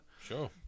Sure